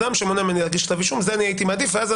שמייצגת אדם שהולכים נגדו בחילוט אזרחי,